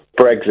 Brexit